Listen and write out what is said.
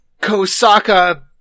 Kosaka